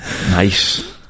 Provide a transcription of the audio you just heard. Nice